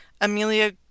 Amelia